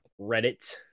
Reddit